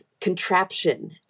contraption